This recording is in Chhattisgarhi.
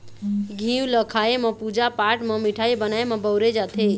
घींव ल खाए म, पूजा पाठ म, मिठाई बनाए म बउरे जाथे